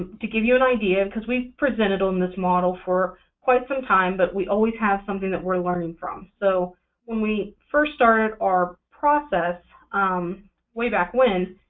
to give you an idea, because we presented on this model for quite some time, but we always have something that we're learning from. so when we first started our process way back when,